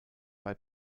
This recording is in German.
bei